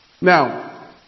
Now